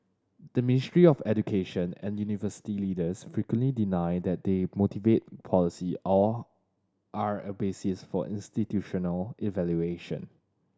the Ministry of Education and university leaders frequently deny that they motivate policy or are a basis for institutional evaluation